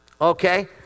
okay